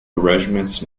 regiments